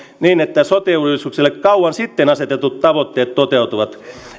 niin että sote uudistukselle kauan sitten asetetut tavoitteet toteutuvat